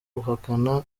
guhakana